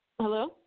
hello